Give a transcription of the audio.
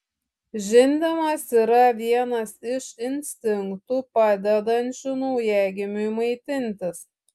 žindymas yra vienas iš instinktų padedančių naujagimiui maitintis